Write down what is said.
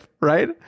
Right